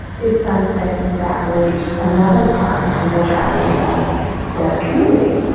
is something that reached another part of the majority of the community,